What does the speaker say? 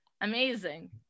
amazing